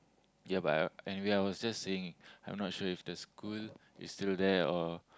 ya but anyway I was just saying I'm not sure if the school is still there or